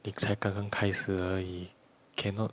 你才刚刚开始而已 cannot